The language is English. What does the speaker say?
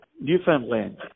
Newfoundland